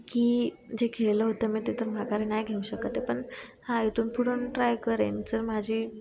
की जे खेळलं होतं मी ते तर माघारी नाही घेऊ शकत ते पण हा इथून पुढून ट्राय करेन जर माझी